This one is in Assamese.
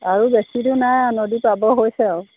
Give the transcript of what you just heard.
আৰু বেছি দূৰ নাই আৰু নদী পাব হৈছে আৰু